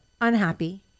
unhappy